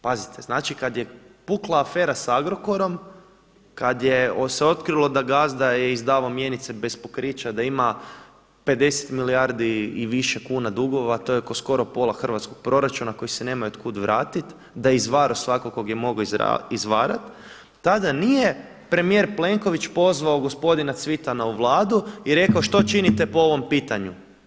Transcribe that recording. Pazite kada je pukla afera sa Agrokorom, kada se je otkrilo da gazda je izdavao mjenice bez pokrića, da ima 50 milijardi i više kuna dugova, to je skoro pola hrvatskog proračuna koji se nema od kuda vratiti, da je izvaro svakog kog je mogo izvarat, tada nije premijer Plenković pozvao gospodina Cvitana u Vladu i rekao što činite po ovom pitanju.